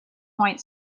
point